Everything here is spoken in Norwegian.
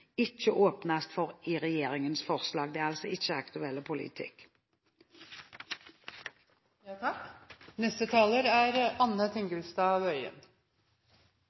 ikke åpnes for i regjeringens forslag. Det er altså ikke aktuell politikk.